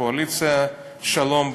קואליציית "שלום".